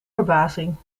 verbazing